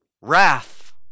wrath